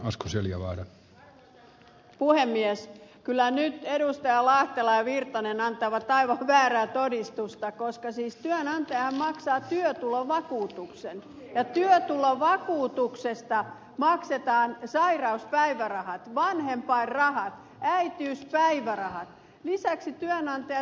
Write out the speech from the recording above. kyllä nyt edustajat lahtela ja erkki virtanen antavat aivan väärää todistusta koska siis työnantajahan maksaa työtulovakuutuksen ja työtulovakuutuksesta maksetaan sairauspäivärahat vanhempainrahat ja äitiyspäivärahat